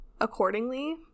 accordingly